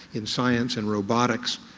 in science and robotics,